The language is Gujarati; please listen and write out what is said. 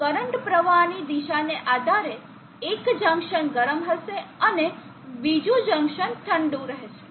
કરંટ પ્રવાહની દિશાને આધારે એક જંકશન ગરમ હશે અને બીજું જંકશન ઠંડુ રહેશે